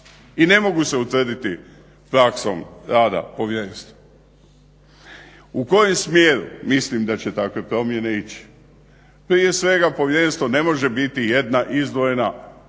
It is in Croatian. I ne mogu se utvrditi praksom rada povjerenstva. U kojem smjeru mislim da će takve promjene ići? Prije svega povjerenstvo ne može biti jedna izdvojena možda